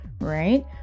right